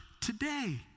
today